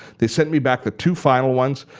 they sent me back the two final ones.